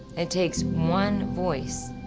it takes one voice.